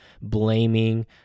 blaming